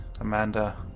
Amanda